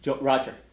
Roger